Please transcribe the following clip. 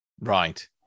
Right